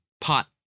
pot